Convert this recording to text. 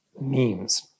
memes